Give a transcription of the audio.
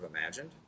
imagined